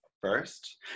first